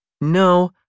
No